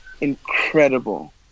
incredible